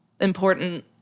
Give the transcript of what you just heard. important